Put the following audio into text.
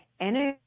energy